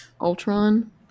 Ultron